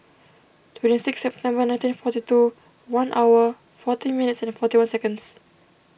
twenty six September nineteen forty two one hour fourteen minutes forty one seconds